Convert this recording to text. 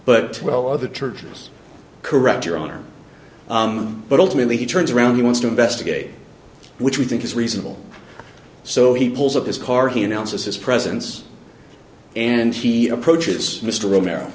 but twelve other churches correct your honor but ultimately he turns around he wants to investigate which we think is reasonable so he pulls up his car he announces his presence and he approaches mr romero